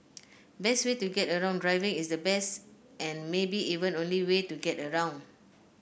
best way to get around Driving is the best and maybe even only way to get around